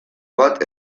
bat